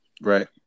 Right